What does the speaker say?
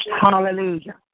Hallelujah